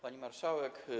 Pani Marszałek!